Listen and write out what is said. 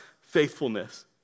faithfulness